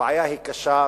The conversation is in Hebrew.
הבעיה היא קשה,